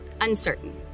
uncertain